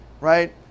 right